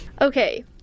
Okay